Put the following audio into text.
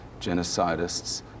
genocidists